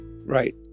right